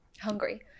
hungry